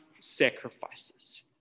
sacrifices